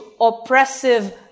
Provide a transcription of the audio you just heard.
oppressive